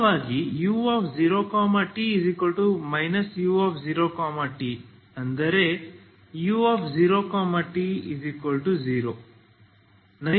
ಸರಳವಾಗಿ u0t u0t ಅಂದರೆ u0t0 ಇದು ನೈಸರ್ಗಿಕವಾಗಿ ತೃಪ್ತಿಗೊಂಡಿದೆ